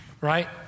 right